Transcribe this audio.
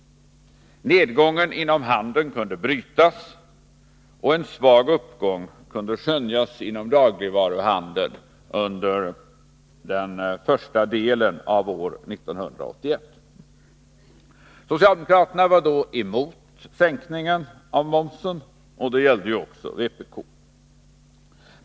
Nedgången inom handeln kunde brytas, och en svag uppgång kunde skönjas inom dagligvaruhandeln under den första delen av år 1981. Socialdemokraterna var då emot sänkningen av momsen, och det gällde ju också vpk.